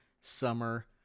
summer